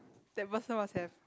that person must have